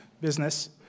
business